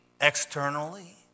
externally